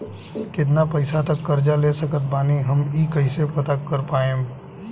केतना पैसा तक कर्जा ले सकत बानी हम ई कइसे पता कर पाएम?